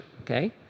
okay